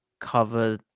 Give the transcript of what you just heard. cover